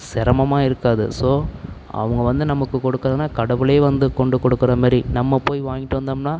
சிரமமா இருக்காது ஸோ அவங்க வந்து நமக்கு கொடுக்குறதுனா கடவுளே வந்து கொண்டு கொடுக்குற மாரி நம்ம போய் வாங்கிட்டு வந்தோம்னால்